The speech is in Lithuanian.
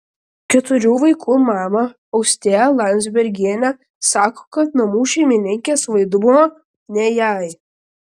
keturių vaikų mama austėja landzbergienė sako kad namų šeimininkės vaidmuo ne jai